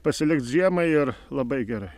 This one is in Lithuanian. pasilikc žiemai ir labai gerai